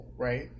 right